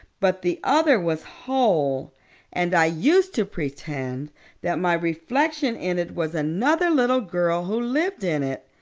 but the other was whole and i used to pretend that my reflection in it was another little girl who lived in it.